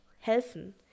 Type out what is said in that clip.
helfen